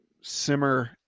simmer